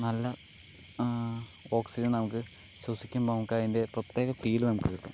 നല്ല ഓക്സിജൻ നമുക്ക് ശ്വസിക്കുമ്പോൾ നമുക്ക് അതിൻ്റെ പ്രത്യേക ഫീല് നമുക്ക് കിട്ടും